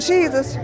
Jesus